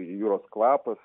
jūros kvapas